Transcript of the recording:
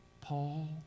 Paul